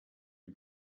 die